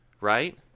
right